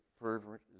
fervent